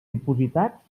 dipositats